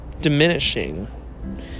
diminishing